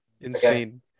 insane